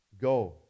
Go